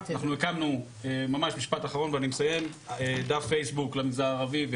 אנחנו הקמנו דף פייסבוק למגזר הערבי,